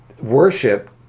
worship